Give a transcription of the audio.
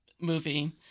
movie